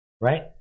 Right